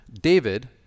David